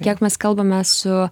kiek mes kalbame su